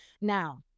Now